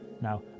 Now